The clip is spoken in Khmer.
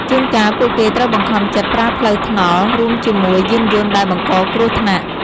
ជួនកាលពួកគេត្រូវបង្ខំចិត្តប្រើផ្លូវថ្នល់រួមជាមួយយានយន្តដែលបង្កគ្រោះថ្នាក់។